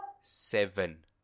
seven